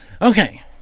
Okay